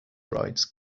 rights